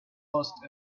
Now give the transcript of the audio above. passed